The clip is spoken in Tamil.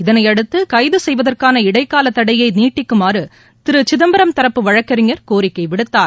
இதனையடுத்து கைது கெய்வதற்கான இடைக்கால தடையை நீடிக்குமாறு திரு சிதம்பரம் தரப்பு வழக்கறிஞர் கோரிக்கை விடுத்தார்